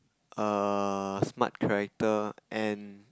err smart character and